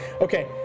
Okay